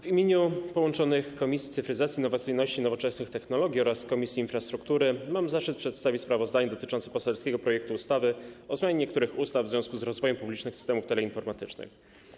W imieniu połączonych Komisji: Cyfryzacji, Innowacyjności i Nowoczesnych Technologii oraz Infrastruktury mam zaszczyt przedstawić sprawozdanie dotyczące poselskiego projektu ustawy o zmianie niektórych ustaw w związku z rozwojem publicznych systemów teleinformatycznych.